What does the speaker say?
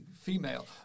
female